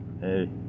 Hey